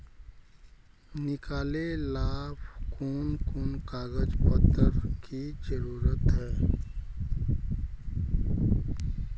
निकाले ला कोन कोन कागज पत्र की जरूरत है?